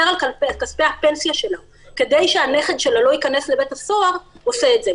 על כספי הפנסיה שלה כדי שהנכד שלה לא ייכנס לבית הסוהר עושה את זה.